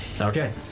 Okay